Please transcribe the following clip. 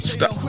Stop